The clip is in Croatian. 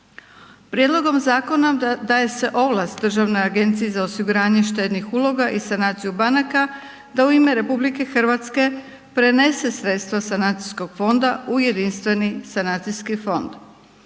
prijedlogom zakona daje se ovlast Državnoj agenciji za osiguranje štednih uloga i sanaciju banaka zapravo da se prenose ta sredstva u jedinstveni sanacijski fond.